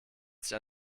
sich